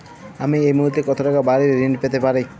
আমি এই মুহূর্তে কত টাকা বাড়ীর ঋণ পেতে পারি?